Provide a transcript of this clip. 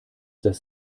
das